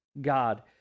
God